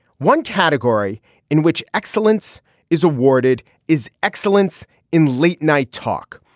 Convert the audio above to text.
one category in which excellence is awarded is excellence in late night talk.